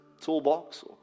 toolbox